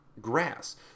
grass